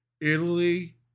Italy